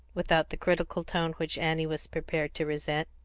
without the critical tone which annie was prepared to resent.